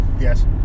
yes